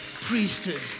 priesthood